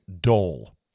dole